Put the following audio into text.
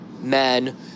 Men